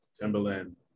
Timberland